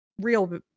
real